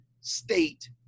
state